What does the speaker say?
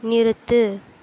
நிறுத்து